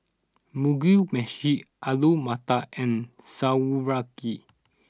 Mugi Meshi Alu Matar and Sauerkraut